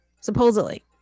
supposedly